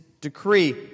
decree